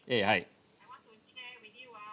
eh hi